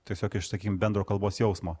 tiesiog iš sakykim bendro kalbos jausmo